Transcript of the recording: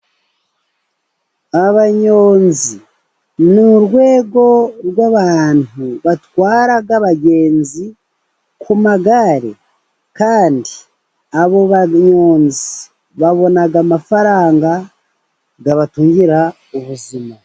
Abanyonzi ni urwego rw'abantu batwarara abagenzi ku magare. Kandi abo banyonzi babona amafaranga abatungira ubuzima.